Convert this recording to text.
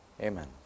Amen